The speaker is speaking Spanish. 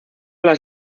las